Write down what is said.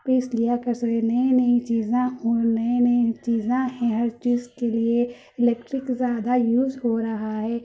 پیس لیا کہ ساری نئی نئی چیزیں ہوں نئے نئے چیزیں ہیں ہر چیز کے لیے الیکٹرک زیادہ یوز ہو رہا ہے